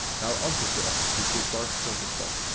now unzip the ftg quikbar config file.